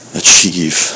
achieve